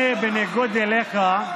אני, בניגוד אליך,